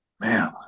man